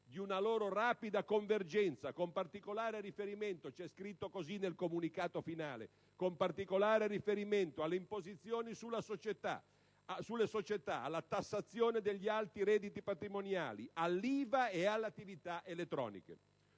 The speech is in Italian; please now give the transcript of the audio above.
di una loro rapida convergenza, con particolare riferimento - c'è scritto così nel comunicato finale - alle imposizioni sulle società, alla tassazione degli alti redditi patrimoniali, all'IVA ed alle attività elettroniche.